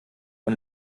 und